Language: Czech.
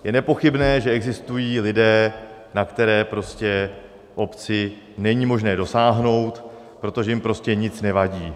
Je nepochybné, že existují lidé, na které v obci není možné dosáhnout, protože jim prostě nic nevadí.